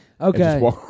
Okay